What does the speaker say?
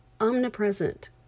omnipresent